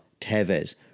Tevez